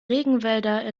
regenwälder